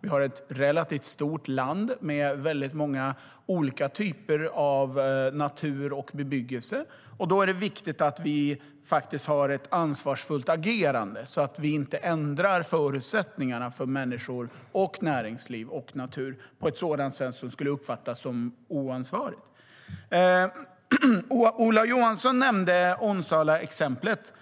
Vi har ett relativt stort land med många olika typer av natur och bebyggelse, och då är det viktigt att vårt agerande är ansvarsfullt så att vi inte ändrar förutsättningarna för människor, näringsliv och natur på ett sådant sätt att det uppfattas som oansvarigt. Ola Johansson nämnde Onsalaexemplet,